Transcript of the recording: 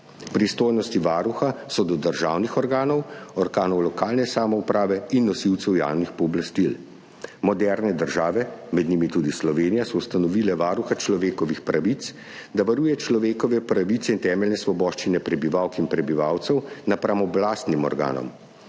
Pristojnosti Varuha so do državnih organov, organov lokalne samouprave in nosilcev javnih pooblastil. Moderne države, med njimi tudi Slovenija, so ustanovile varuha človekovih pravic, da varuje človekove pravice in temeljne svoboščine prebivalk in prebivalcev napram oblastnim organom,